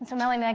so melanie, like